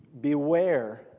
beware